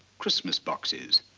christmas boxes.